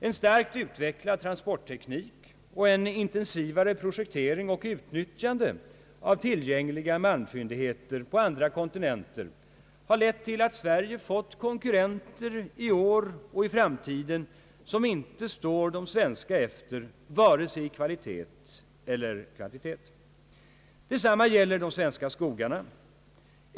En starkt utvecklad transportteknik, en intensivare projektering och ett utnyttjande av tillgängliga malmfyndigheter på andra kontinenter har lett till att Sverige fått konkurrenter vilkas varor inte står de svenska efter vare sig i kvalitet eller i kvantitet. Detsamma gäller de svenska skogarna.